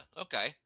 okay